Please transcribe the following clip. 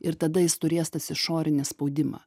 ir tada jis turės tas išorinį spaudimą